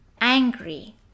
angry